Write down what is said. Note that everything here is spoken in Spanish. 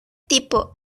tipo